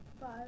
Five